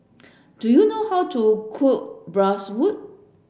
do you know how to cook Bratwurst